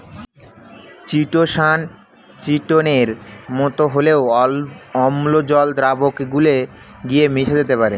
chitosan চিটোনের মতো হলেও অম্ল জল দ্রাবকে গুলে গিয়ে মিশে যেতে পারে